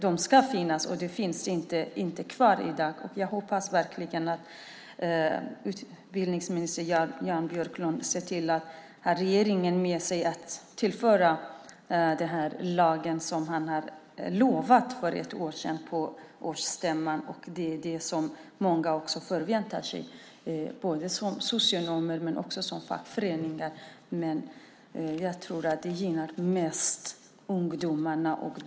De ska finnas, men de finns inte kvar. Jag hoppas verkligen att utbildningsminister Jan Björklund får regeringen med sig i fråga om den lag som han utlovade för ett år sedan. Det är vad många förväntar sig, både socionomer och fackföreningar. Det här gynnar ungdomarna mest.